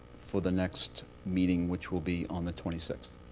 for the next meeting, which will be on the twenty sixth.